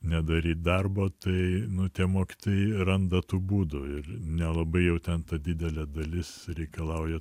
nedaryt darbo tai nu tie mokytojai randa tų būdų ir nelabai jau ten didelė dalis reikalauja